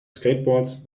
skateboards